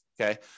okay